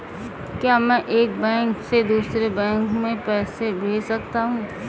क्या मैं एक बैंक से दूसरे बैंक में पैसे भेज सकता हूँ?